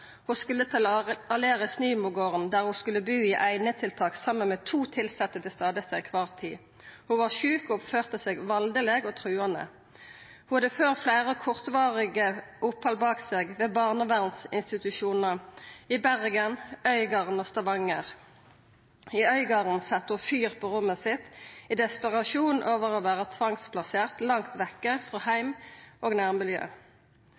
Ho skulle til Aleris Nymogården, der ho skulle bu i einetiltak saman med to tilsette til stades til kvar tid. Ho var sjuk og oppførte seg valdeleg og truande. Ho hadde frå før fleire kortvarige opphald bak seg ved barnevernsinstitusjonar i Bergen, Øygarden og Stavanger. I Øygarden sette ho fyr på rommet sitt i desperasjon over å vera tvangsplassert langt vekke frå heim og nærmiljø.